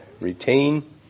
retain